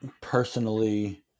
Personally